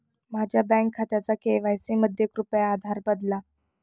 माझ्या बँक खात्याचा के.वाय.सी मध्ये कृपया आधार बदला